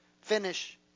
finish